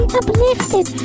uplifted